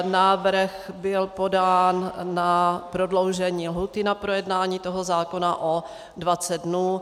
Návrh byl podán na prodloužení lhůty na projednání zákona o dvacet dnů.